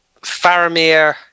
Faramir